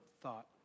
thought